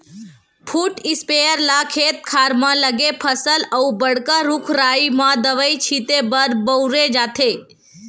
foot sprayer ल खेत खार म लगे फसल अउ बड़का रूख राई म दवई छिते बर बउरे जाथे